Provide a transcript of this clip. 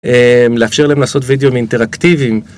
לאפשר להם לעשות וידאוים אינטראקטיביים.